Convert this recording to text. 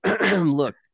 look